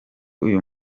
uyu